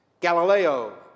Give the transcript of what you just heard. Galileo